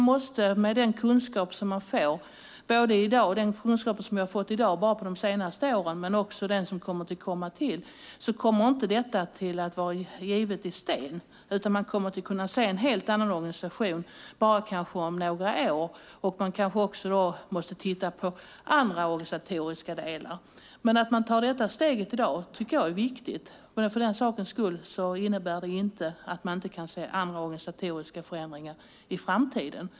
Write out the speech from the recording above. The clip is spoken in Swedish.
Med den kunskap man har i dag och som man fått bara de senaste åren men också den som kommer att komma till, så kommer inte detta till att vara hugget i sten, utan man kommer att kunna se en helt annan organisation bara om några år. Då kanske man måste titta på andra organisatoriska delar. Att man tar detta steg i dag tycker jag dock är viktigt, även om det för den sakens skull inte innebär att man inte kan se andra organisatoriska förändringar i framtiden.